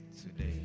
today